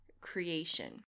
creation